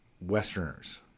Westerners